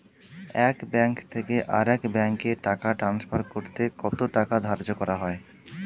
এক ব্যাংক থেকে আরেক ব্যাংকে টাকা টান্সফার করতে কত টাকা ধার্য করা হয়?